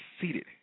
seated